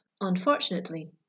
unfortunately